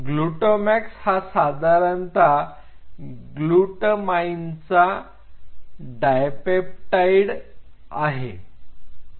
GlutaMAX हा साधारणतः ग्लुटअमाईनचा डायपेप्टाइड आहे